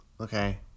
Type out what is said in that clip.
Okay